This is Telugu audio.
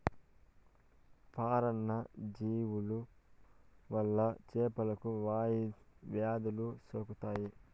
పరాన్న జీవుల వల్ల చేపలకు వ్యాధులు సోకుతాయి